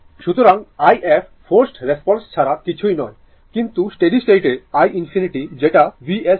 সুতরাং i f forced response ছাড়া কিছুই নয় কিন্তু I স্টেডি স্টেট iinfinity যেটা VsR